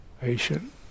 Patient